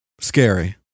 Scary